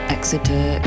Exeter